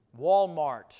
Walmart